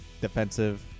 defensive